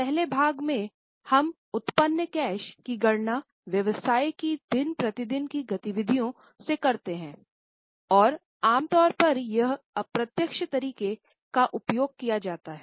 पहले भाग में हम उत्पन्न कैश की गणना व्यवसाय की दिन प्रतिदिन की गतिविधियों से करते हैं और आम तौर पर यह अप्रत्यक्ष तरीका का उपयोग किया जाता है